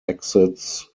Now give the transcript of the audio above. exits